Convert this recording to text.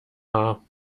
haar